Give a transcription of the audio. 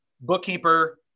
Bookkeeper